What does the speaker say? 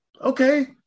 Okay